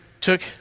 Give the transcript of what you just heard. took